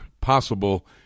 possible